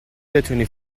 بتونی